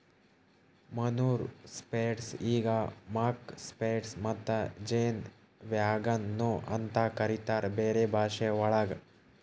manure spreader ಈಗ್ ಮಕ್ spreader ಮತ್ತ ಜೇನ್ ವ್ಯಾಗನ್ ನು ಅಂತ ಕರಿತಾರ್ ಬೇರೆ ಭಾಷೆವಳಗ್